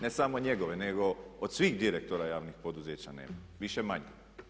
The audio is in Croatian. Ne samo njegove, nego od svih direktora javnih poduzeća nema više-manje.